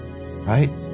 right